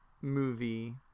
movie